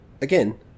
Again